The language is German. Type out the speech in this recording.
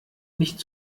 nicht